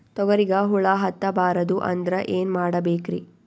ತೊಗರಿಗ ಹುಳ ಹತ್ತಬಾರದು ಅಂದ್ರ ಏನ್ ಮಾಡಬೇಕ್ರಿ?